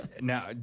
Now